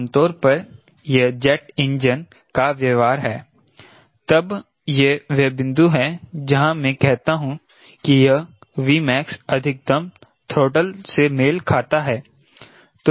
आमतौर पर यह जेट इंजन का व्यवहार है तब यह वह बिंदु है जहां मैं कहता हूं कि यह V max अधिकतम थ्रोटल से मेल खाता है